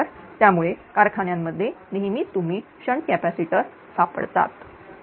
त्यामुळे कारखान्यांमध्ये नेहमीच तुम्ही शंट कॅपॅसिटर तुम्हाला सापडतात